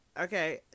okay